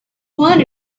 one